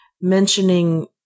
mentioning